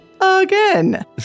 again